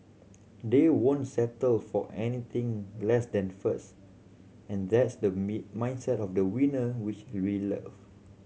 they won't settle for anything less than first and that's the me mindset of the winner which we love